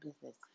business